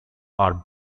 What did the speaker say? are